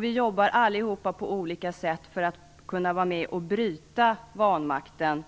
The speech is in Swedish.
Vi jobbar alla på olika sätt för att kunna vara med och bryta vanmakten,